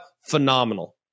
Phenomenal